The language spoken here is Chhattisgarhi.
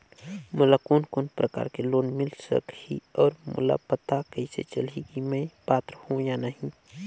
मोला कोन कोन प्रकार के लोन मिल सकही और मोला पता कइसे चलही की मैं पात्र हों या नहीं?